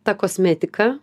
ta kosmetika